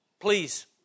Please